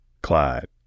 Clyde